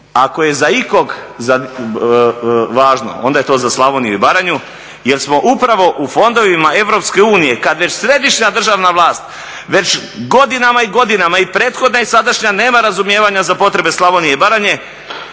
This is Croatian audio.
ako je za ikog važno onda je to za Slavoniju i Baranju jer smo upravo u fondovima EU kod već središnja državna vlast već godinama i godinama, i prethodna i sadašnja nema razumijevanja za potrebe Slavonije i Baranje,